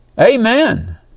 Amen